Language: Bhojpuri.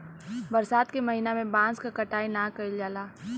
बरसात के महिना में बांस क कटाई ना कइल जाला